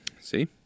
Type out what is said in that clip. See